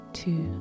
two